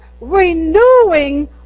Renewing